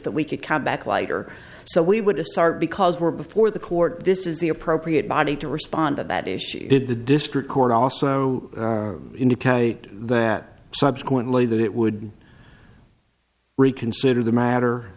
that we could come back later so we would a start because we're before the court this is the appropriate body to respond to that issue did the district court also indicate that subsequently that it would reconsider the matter